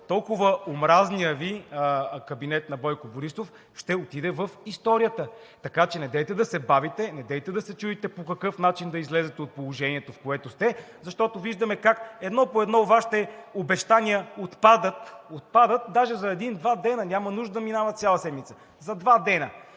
по-бързо омразният Ви кабинет на Бойко Борисов ще отиде в историята. Така че недейте да се бавите, недейте да се чудите по какъв начин да излезете от положението, в което сте, защото виждаме как едно по едно Вашите обещания отпадат – отпадат даже за един-два дни, няма нужда да минава цяла седмица. За два дни!